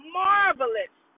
marvelous